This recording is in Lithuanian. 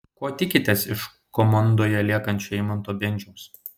ko tikitės iš komandoje liekančio eimanto bendžiaus